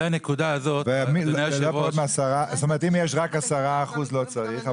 אם יש רק 10%, לא צריך.